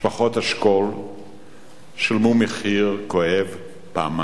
משפחות השכול שילמו מחיר כואב פעמיים.